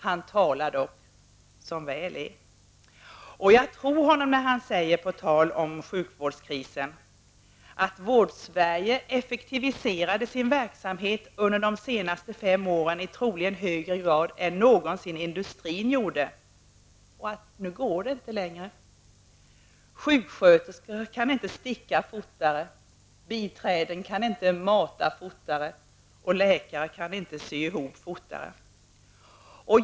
Han talar -- som väl är. Jag tror honom när han säger -- på tal om sjukvårdskrisen -- att Vårdsverige effektiviserade sin verksamhet under de senaste fem åren i troligen högre grad än någonsin industrin, och nu går det inte längre. Sjuksköterskorna kan inte sticka fortare, biträdena kan inte mata fortare och läkarna kan inte sy ihop fortare.